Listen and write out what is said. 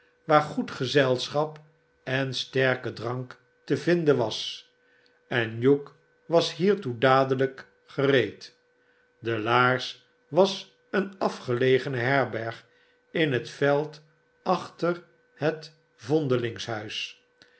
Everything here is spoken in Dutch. waar goed gezelschapen sterke drank te vinden was en hugh was hiertoe dadelijk gereed de laars was eene afgelegen herberg in het veld achter het vondelingshuis